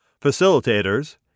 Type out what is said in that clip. Facilitators